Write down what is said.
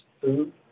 food